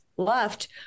left